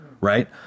Right